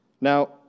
Now